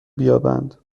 بیابند